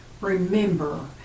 remember